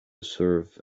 serve